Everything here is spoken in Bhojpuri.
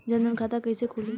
जनधन खाता कइसे खुली?